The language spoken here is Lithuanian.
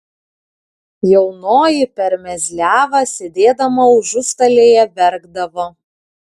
jaunoji per mezliavą sėdėdama užustalėje verkdavo